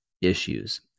issues